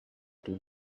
this